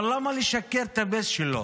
אבל למה לשקר לבייס שלו?